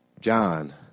John